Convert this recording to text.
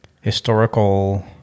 historical